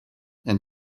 and